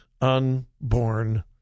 unborn